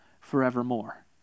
forevermore